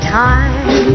time